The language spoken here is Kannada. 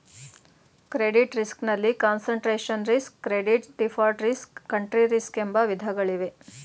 ಕ್ರೆಡಿಟ್ ರಿಸ್ಕ್ ನಲ್ಲಿ concentration risk, credit default risk, country risk ಎಂಬ ವಿಧಗಳಿವೆ